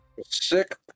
Sick